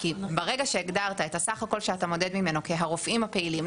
כי ברגע שהגדרת את הסך הכול שאתה מודד ממנו כהרופאים הפעילים,